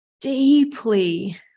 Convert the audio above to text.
deeply